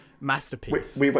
masterpiece